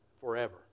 forever